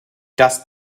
das